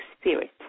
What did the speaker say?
spirit